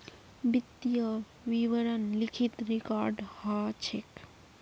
वित्तीय विवरण लिखित रिकॉर्ड ह छेक